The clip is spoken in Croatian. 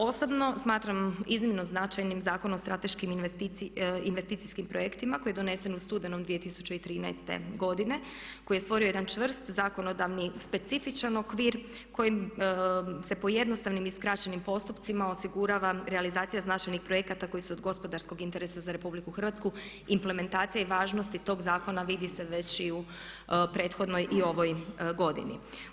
Osobno smatram iznimno značajnim Zakon o strateškim investicijskim projektima koji je donesen u studenom 2013.godine, koji je stvorio jedan čvrst zakonodavni, specifičan okvir kojim se pojednostavnim i skraćenim postupcima osigurava realizacija značajnih projekata koji su od gospodarskog interesa za RH, implementacije i važnosti tog zakona vidi se već i u prethodnoj i ovoj godini.